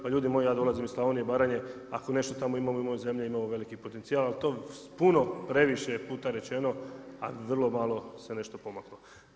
Pa ljudi moji, ja dolazim iz Slavonije i Baranje, ako nešto tamo imamo, imamo zemlje, imamo velikih potencijala, ali to puno previše je puta rečeno, a vrlo malo se je nešto pomaklo.